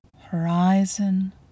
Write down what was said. horizon